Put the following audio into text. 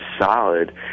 solid